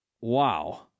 Wow